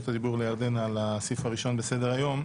הדיבור לירדנה על הסעיף הראשון בסדר-היום,